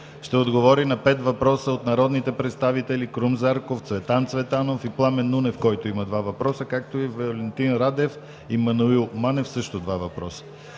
ще отговори на пет въпроса от народните представители Крум Зарков, Цветан Цветанов и Пламен Нунев (два въпроса), и Валентин Радев и Маноил Манев (два въпроса).